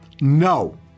no